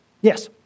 Yes